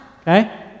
Okay